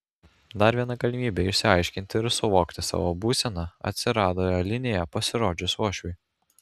dar viena galimybė išsiaiškinti ir suvokti savo būseną atsirado alinėje pasirodžius uošviui